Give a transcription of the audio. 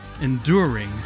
enduring